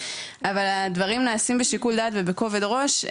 אבל הדברים נעשים בשיקול דעת ובכובד ראש.